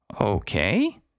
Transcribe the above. Okay